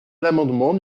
l’amendement